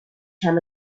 come